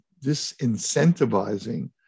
disincentivizing